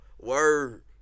word